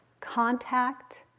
contact